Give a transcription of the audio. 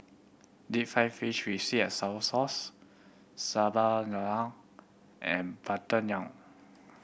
deep fried fish with sweet and sour sauce Sambal Lala and butter naan